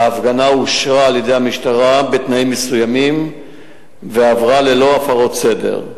ההפגנה אושרה על-ידי המשטרה בתנאים מסוימים ועברה ללא הפרות סדר.